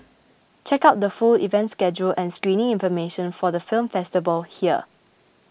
check out the full event schedule and screening information for the film festival here